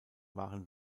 waren